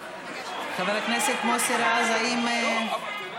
חבר הכנסת מוסי רז, האם,